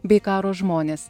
bei karo žmonės